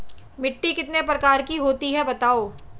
मिट्टी कितने प्रकार की होती हैं बताओ?